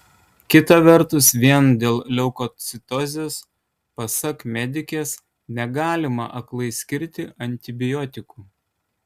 kita vertus vien dėl leukocitozės pasak medikės negalima aklai skirti antibiotikų